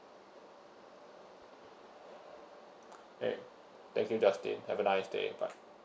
okay thank you justin have a nice day bye